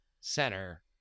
Center